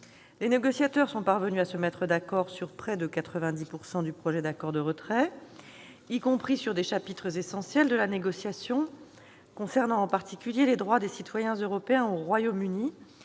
Les négociateurs sont parvenus à se mettre d'accord sur près de 90 % du projet d'accord de retrait, y compris sur des chapitres essentiels de la négociation. Cela concerne en particulier les droits des citoyens européens au Royaume-Uni,